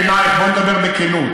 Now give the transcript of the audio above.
אני נראה בעינייך, בואי נדבר בכנות,